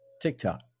tiktok